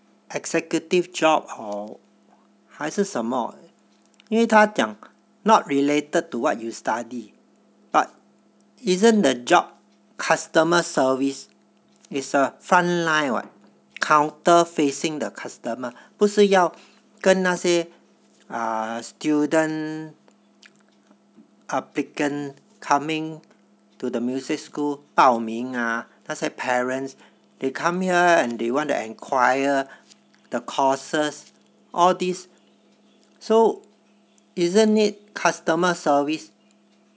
executive job or 还是什么因为他讲 not related to what you study but isn't the job customer service is the frontline what counter facing the customer 不是要跟那些 err student applicant coming to the music school 报名 ah 那些 parents they come here and they want to enquire the courses all these so isn't it customer service